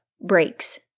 breaks